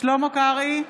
שלמה קרעי,